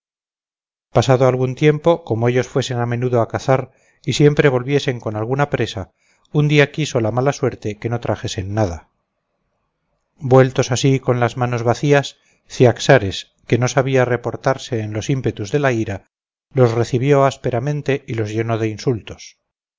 pasado algún tiempo como ellos fuesen a menudo a cazar y siempre volviesen con alguna presa un día quiso la mala suerte que no trajesen nada vueltos así con las manos vacías ciaxares que no sabía reportarse en los ímpetus de la ira los recibió ásperamente y los llenó de insultos